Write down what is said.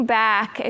back